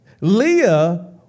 Leah